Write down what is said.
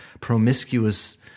promiscuous